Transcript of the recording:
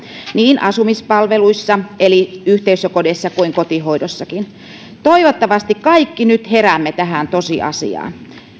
niin asumispalveluissa eli yhteisökodeissa kuin kotihoidossakin toivottavasti kaikki nyt heräämme tähän tosiasiaan